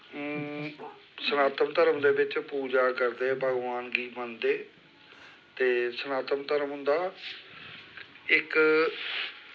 सनातन धर्म दे बिच्च पूजा करदे भगवान गी मनदे ते सनातन धर्म होंदा इक